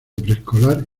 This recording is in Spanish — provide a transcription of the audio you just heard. preescolar